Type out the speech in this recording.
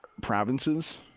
provinces